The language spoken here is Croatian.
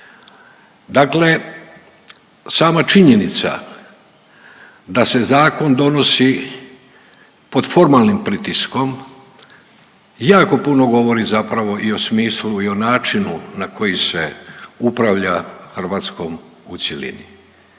Dakle sama činjenica da se zakon donosi pod formalnim pritiskom jako puno govori zapravo i o smislu i o načinu na koji se upravlja Hrvatskom u cjelini,